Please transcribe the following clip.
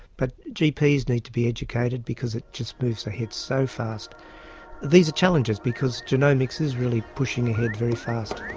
but gps need to be educated because it just moves ahead so fast these are challenges because genomics is really pushing ahead very fast.